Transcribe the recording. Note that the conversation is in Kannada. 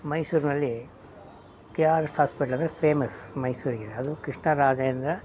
ಮೈಸೂರಿನಲ್ಲಿ ಕೆ ಆರ್ ಎಸ್ ಹಾಸ್ಪೆಟ್ಲ್ ಅಂದರೆ ಫೇಮಸ್ ಮೈಸೂರಿಗೆನೇ ಅದು ಕೃಷ್ಣರಾಜೇಂದ್ರ